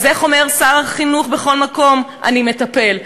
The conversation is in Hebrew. איך אומר שר החינוך בכל מקום, אני מטפל.